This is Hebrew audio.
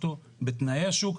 לא, זה לא דיון ראשון, זה דיון מסכם.